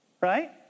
Right